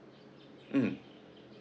mm